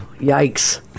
Yikes